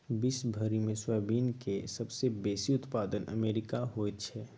विश्व भरिमे सोयाबीनक सबसे बेसी उत्पादन अमेरिकामे होइत छै